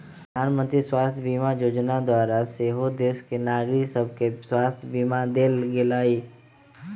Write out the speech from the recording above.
प्रधानमंत्री स्वास्थ्य बीमा जोजना द्वारा सेहो देश के नागरिक सभके स्वास्थ्य बीमा देल गेलइ